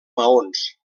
maons